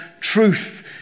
truth